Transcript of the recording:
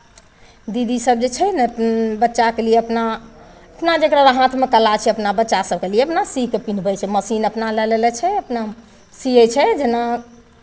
दीदीसभ जे छै ने बच्चाके लिए अपना अपना जकरा हाथमे कला छै अपना बच्चा सभके लिए अपना सी कऽ पेन्हबै छै मशीन अपना लए लेने छै अपना सियै छै जेना